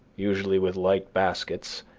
usually with light baskets,